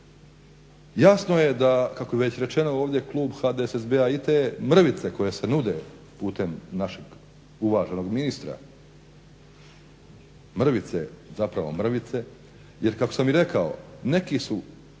Jasno je da kako je već rečeno ovdje klub HDSSB-a i te mrvice koje se nude putem našeg uvaženog ministra, zapravo mrvice jer kako sam i rekao neki su